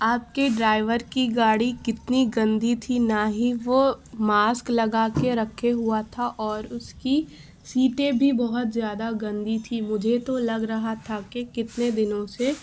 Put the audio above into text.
آپ کے ڈرائیور کی گاڑی کتنی گندی تھی نہ ہی وہ ماسک لگا کے رکھے ہوا تھا اور اس کی سیٹیں بھی بہت زیادہ گندی تھیں مجھے تو لگ رہا تھا کہ کتنے دنوں سے